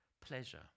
Pleasure